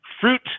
fruit